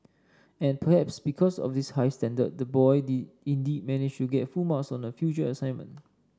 and perhaps because of this high standard the boy did indeed manage get full marks on a future assignment